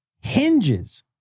hinges